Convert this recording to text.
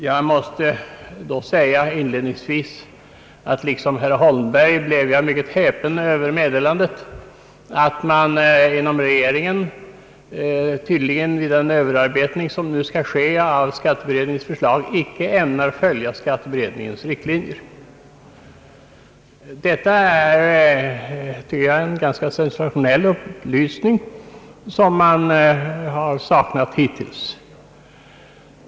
Inledningsvis måste jag säga, att liksom herr Holmberg blev jag mycket häpen över meddelandet att man inom regeringen tydligen vid den överarbet ning som nu sker av skatteberedningens förslag icke ämnar följa skatteberedningens riktlinjer. Detta är, tycker jag, en ganska sensationell upplysning som man har saknat antydningar om hittills.